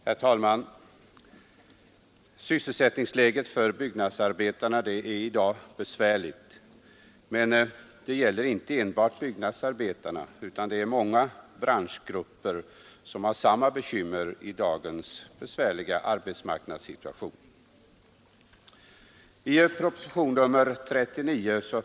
Herr talman! Sysselsättningsläget för byggnadsarbetarna är i dag besvärligt. Men det gäller inte enbart byggnadsarbetarna, utan många branschgrupper har samma bekymmer i dagens besvärliga arbetsmarknadssituation.